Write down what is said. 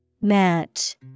Match